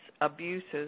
abuses